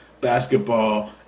basketball